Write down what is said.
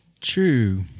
True